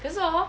可是 hor